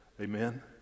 Amen